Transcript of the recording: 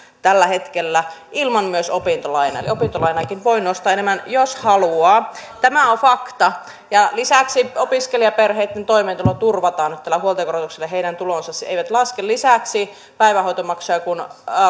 tällä hetkellä myös ilman opintolainaa eli opintolainaakin voi nostaa enemmän jos haluaa tämä on fakta lisäksi opiskelijaperheitten toimeentulo turvataan tällä huoltajakorotuksella heidän tulonsa siis eivät laske lisäksi kun päivähoitomaksuja